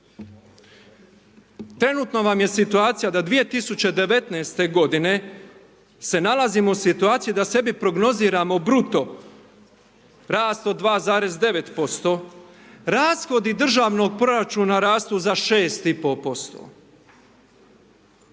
Trenutno vam je situacija da 2019. g. se nalazimo u situaciji da sebi prognoziramo bruto rast od 2,9%, rashodi državnog proračuna rastu za 6,5%.